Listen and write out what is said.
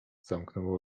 zamknął